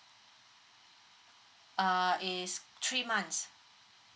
uh is three months